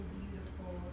beautiful